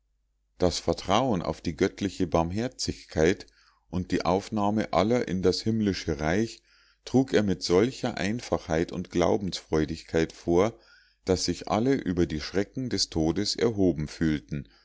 das vertrauen auf die göttliche barmherzigkeit und die aufnahme aller in das himmlische reich trug er mit solcher einfachheit und glaubensfreudigkeit vor daß sich alle über die schrecken des todes erhoben fühlten